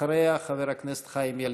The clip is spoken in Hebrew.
אחריה, חבר הכנסת חיים ילין.